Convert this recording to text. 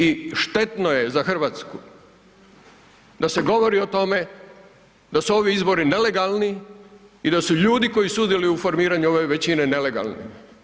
I štetno je za RH da se govori o tome da su ovi izbori nelegalni i da su ljudi koji sudjeluju u formiranju ove većine nelegalni.